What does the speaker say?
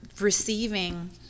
receiving